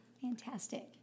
Fantastic